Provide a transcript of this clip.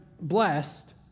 blessed